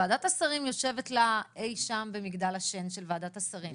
ועדת השרים יושבת לה אי שם במגדל השן של ועדת השרים,